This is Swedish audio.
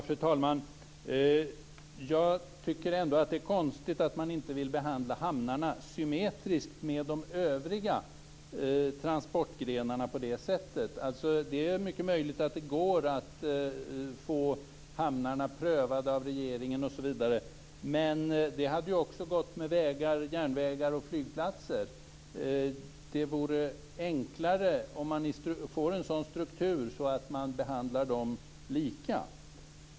Fru talman! Jag tycker ändå att det är konstigt att man inte vill behandla hamnarna symmetriskt med de övriga transportgrenarna. Det är mycket möjligt att det går att få hamnarna prövade av regeringen osv., men det hade ju också gått med vägar, järnvägar och flygplatser. Det vore enklare om man fick en sådan struktur att man behandlar dessa lika.